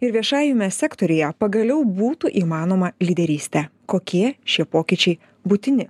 ir viešajame sektoriuje pagaliau būtų įmanoma lyderystė kokie šie pokyčiai būtini